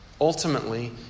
ultimately